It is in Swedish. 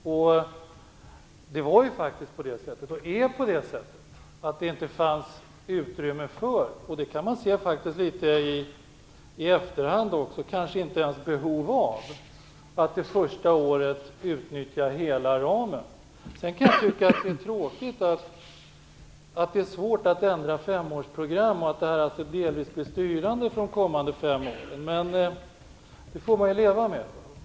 Och det fanns faktiskt inte utrymme för att man under det första året utnyttjade hela ramen. I efterhand kan man också se att det kanske inte ens fanns behov av det. Sedan kan jag tycka att det är tråkigt att det är svårt att ändra femårsprogram och att detta alltså delvis blir styrande för de kommande fem åren. Men det får man leva med.